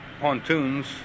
pontoons